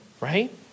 right